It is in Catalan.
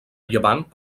llevant